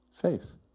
Faith